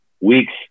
weeks